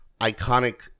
iconic